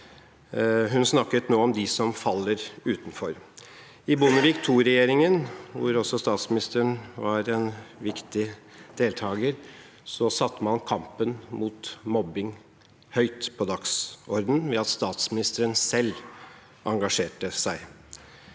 Hun snakket nå om dem som faller utenfor. I Bondevik II-regjeringen – hvor også statsministeren var en viktig deltaker – satte man kampen mot mobbing høyt på dagsordenen, ved at statsministeren selv engasjerte seg.